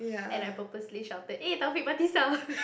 and I purposely shouted eh Taufik Batisah